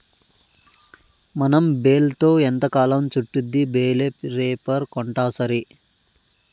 మనం బేల్తో ఎంతకాలం చుట్టిద్ది బేలే రేపర్ కొంటాసరి